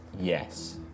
Yes